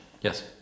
Yes